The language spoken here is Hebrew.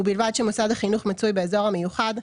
ובלבד שמוסד החינוך מצוי באזור המיוחד,